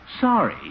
Sorry